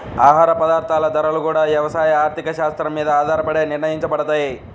ఆహార పదార్థాల ధరలు గూడా యవసాయ ఆర్థిక శాత్రం మీద ఆధారపడే నిర్ణయించబడతయ్